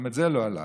גם זה לא הלך.